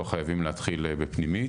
לא חייבים להתחיל בפנימי.